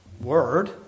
Word